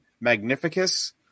Magnificus